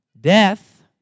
Death